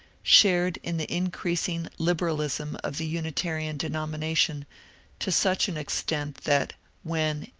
shared in the increasing liberalism of the unitarian denomination to such an extent that when,